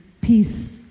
Peace